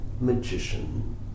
magician